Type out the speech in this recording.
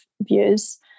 views